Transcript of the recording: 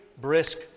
brisk